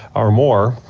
or more.